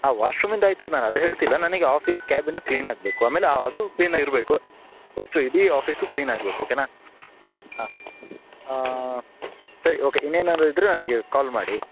ಹಾಂ ವಾಶ್ರೂಮಿಂದು ಆಯಿತು ನಾನು ಅದು ಹೇಳ್ತಿಲ್ಲ ನನಗೆ ಆಫೀಸ್ ಕ್ಯಾಬಿನು ಕ್ಲೀನ್ ಆಗಬೇಕು ಆಮೇಲೆ ಆ ಅದು ಕ್ಲೀನಾಗಿ ಇರಬೇಕು ಅಷ್ಟು ಇಡೀ ಆಫೀಸು ಕ್ಲೀನ್ ಆಗ್ಬೇಕು ಓಕೆನ ಹಾಂ ಸರಿ ಓಕೆ ಇನ್ನೇನಾದರೆ ಇದ್ದರೆ ನನಗೆ ಕಾಲ್ ಮಾಡಿ